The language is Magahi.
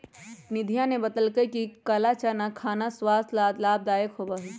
निधिया ने बतल कई कि काला चना खाना स्वास्थ्य ला लाभदायक होबा हई